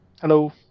Hello